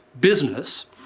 business